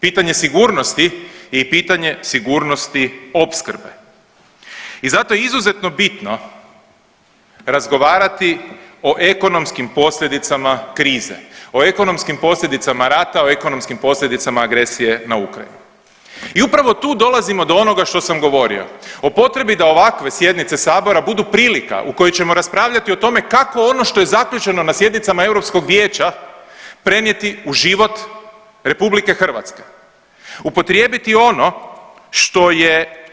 Pitanje sigurnosti je pitanje sigurnosti opskrbe i zato je izuzetno bitno razgovarati o ekonomskim posljedicama krize, o ekonomskih posljedicama rata, o ekonomskim posljedicama agresije na Ukrajinu i upravo tu dolazimo do onoga što sam govorio o potrebi da ovakve sjednice sabora budu prilika u kojoj ćemo raspravljati o tome kako ono što je zaključeno na sjednicama Europskog vijeća prenijeti u život u RH, upotrijebiti ono što je